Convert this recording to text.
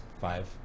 Five